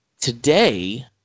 Today